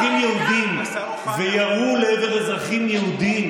ביצעו לינץ' באזרחים יהודים וירו לעבר אזרחים יהודים.